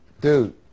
Dude